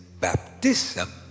baptism